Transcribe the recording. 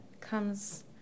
comes